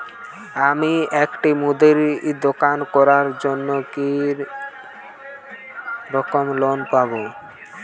আমি একটি মুদির দোকান করার জন্য কি রকম লোন পাব?